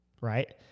Right